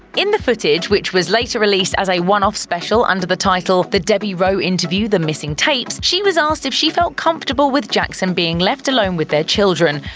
in the footage, which was later released as a one-off special under the title the debbie rowe interview the missing tapes, she was asked if she felt comfortable with jackson being left alone with their children.